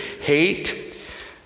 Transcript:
hate